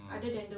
mm